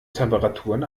temperaturen